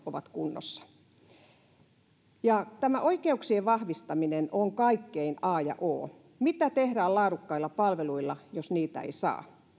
ovat kunnossa tämä oikeuksien vahvistaminen on kaiken a ja o mitä tehdään laadukkailla palveluilla jos niitä ei saa